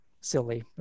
silly